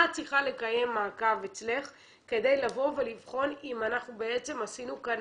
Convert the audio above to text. את צריכה לקיים מעקב אצלך כדי לבוא ולבחון אם אנחנו בעצם עשינו כאן